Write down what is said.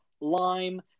lime